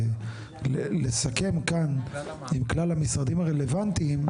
לסכם כאן עם כלל המשרדים הרלוונטיים,